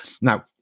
Now